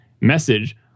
message